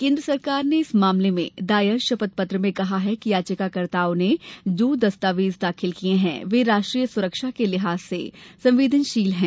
केन्द्र सरकार ने इस मामले में दायर शपथपत्र में कहा है कि याचिकाकर्ताओं ने जो दस्तावेज दाखिल किए हैं वे राष्ट्रीय सुरक्षा के लिहाज से संवेदनशील हैं